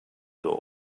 dawn